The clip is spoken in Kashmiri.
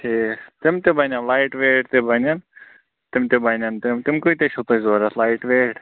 ٹھیٖک تِم تہِ بَنٮ۪ن لایِٹ ویٹ تہِ بَنٮ۪ن تِم تہِ بَنٮ۪ن تِم تِم کۭتیاہ چھُو تۄہہِ ضروٗرت لایِٹ ویٹ